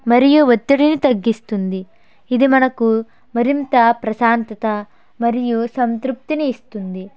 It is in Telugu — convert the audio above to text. మరియు ఒత్తిడిని తగ్గిస్తుంది ఇది మనకు మరింత ప్రశాంతత మరియు సంతృప్తిని ఇస్తుంది